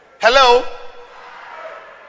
Hello